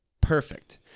perfect